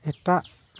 ᱮᱴᱟᱜ